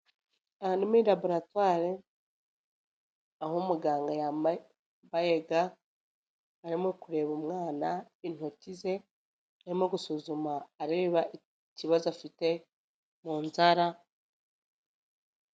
Aha ni muri laboratwari aho umuganga yambaye ga, arimo kureba umwana intoki ze, arimo gusuzuma areba ikibazo afite mu nzara.